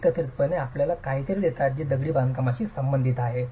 एकत्रितपणे ते आपल्याला काहीतरी देतात जे दगडी बांधकाम संबंधित आहे